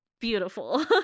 beautiful